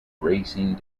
racing